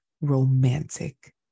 romantic